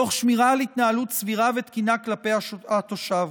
תוך שמירה על התנהלות סבירה ותקינה כלפי התושב.